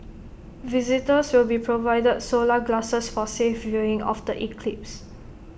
visitors will be provided solar glasses for safe viewing of the eclipse